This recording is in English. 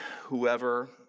whoever